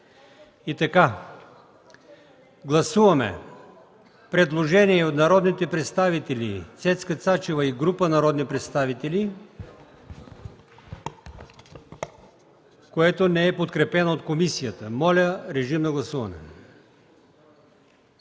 желаещи. Гласуваме предложение от народните представители Цецка Цачева и група народни представители по чл. 207, което не е подкрепено от комисията. Моля, режим на гласуване.